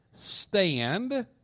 stand